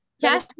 Cash